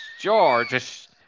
George